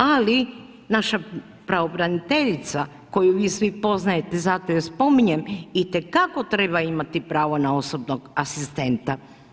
Ali naša pravobraniteljica koju vi svi poznajete, zato ju spominjem, itekako treba imati pravo na osobnog asistenta.